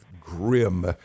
grim